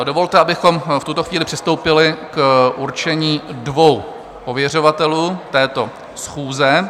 Dovolte, abychom v tuto chvíli přistoupili k určení dvou ověřovatelů této schůze.